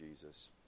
Jesus